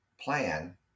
plan